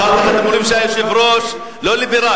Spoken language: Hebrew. אחר כך אתם אומרים שהיושב-ראש לא ליברל.